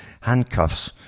handcuffs